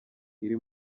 iri